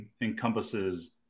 encompasses